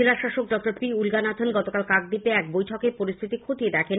জেলাশাসক doctor P Ulaganathan গতকাল কাকদ্বীপে এক বৈঠকে পরিস্থিতি খতিয়ে দেখেন